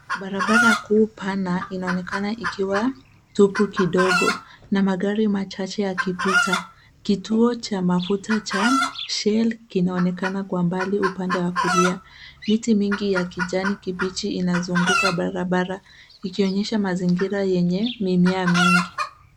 Barabara kuu pana inaonekana ikiwa tupu kidogo na magari machache yakipita. Kituo cha mafuta cha Shell kinaonekana kwa mbali upande wa kulia. Miti mingi ya kijani kibichi inazunguka barabara ikionyesha mazingira yenye mimea mingi.